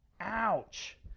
Ouch